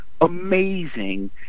amazing